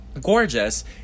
gorgeous